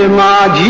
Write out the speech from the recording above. and la